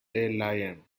lion